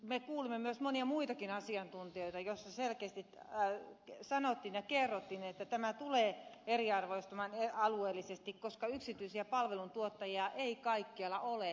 me kuulimme myös monia muitakin asiantuntijoita jotka selkeästi kertoivat että tämä tulee eriarvoistamaan alueellisesti koska yksityisiä palveluntuottajia ei kaikkialla ole